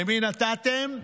למי נתתם?